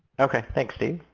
okay, thanks steve.